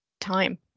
time